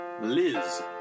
Liz